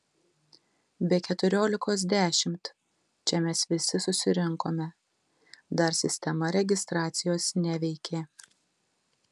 be keturiolikos dešimt čia mes visi susirinkome dar sistema registracijos neveikė